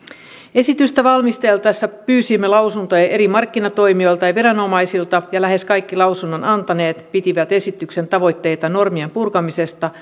esitystä valmisteltaessa pyysimme lausuntoja eri markkinatoimijoilta ja ja viranomaisilta ja lähes kaikki lausunnon antaneet pitivät esityksen tavoitteita normien purkamisesta